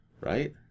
Right